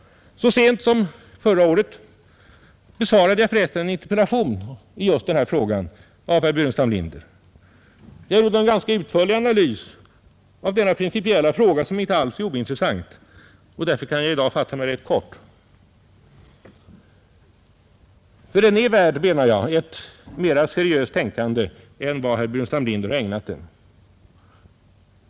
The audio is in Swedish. Så sent som förra året besvarade jag för resten en interpellation i just den här frågan av herr Burenstam Linder. Jag gjorde då en ganska utförlig analys av denna fråga, som inte alls är ointressant, och därför kan jag i dag fatta mig rätt kort. Den är värd, anser jag, ett mera seriöst tänkande än vad herr Burenstam Linder har ägnat den.